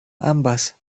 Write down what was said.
ambas